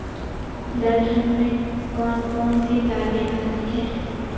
दलहन में कौन कौन सी दालें आती हैं?